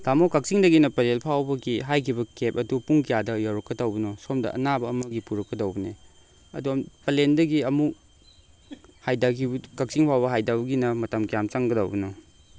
ꯇꯥꯃꯣ ꯀꯛꯆꯤꯡꯗꯒꯤꯅ ꯄꯂꯦꯟ ꯐꯥꯎꯕꯒꯤ ꯍꯥꯏꯈꯤꯕ ꯀꯦꯞ ꯑꯗꯨ ꯄꯨꯡ ꯀꯌꯥꯗ ꯌꯧꯔꯛꯀꯗꯧꯕꯅꯣ ꯁꯣꯝꯗ ꯑꯅꯥꯕ ꯑꯃꯒꯤ ꯄꯨꯔꯛꯀꯗꯧꯕꯅꯦ ꯑꯗꯣꯝ ꯄꯂꯦꯟꯗꯒꯤ ꯑꯃꯨꯛ ꯀꯛꯆꯤꯡ ꯐꯥꯎꯕ ꯍꯥꯏꯊꯕꯒꯤꯅ ꯃꯇꯝ ꯀꯌꯥꯝ ꯆꯪꯒꯗꯧꯕꯅꯣ